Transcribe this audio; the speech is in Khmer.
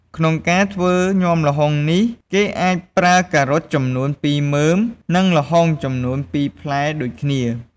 ក្នុងការធ្វើញំាល្ហុងនេះ គេអាចប្រើការ៉ុតចំនួនពីរមើម និងល្ហុងចំនួនពីរផ្លែដូចគ្នា។